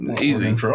Easy